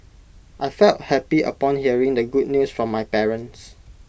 I felt happy upon hearing the good news from my parents